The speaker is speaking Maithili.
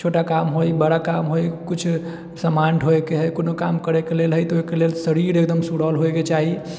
छोटा काम होए बड़ा काम होेए कुछ समान ढोयेके हइ कोनो काम करेके लेल हइ तऽ ओहिके लेल शरीर एकदम सुडौल होएके चाही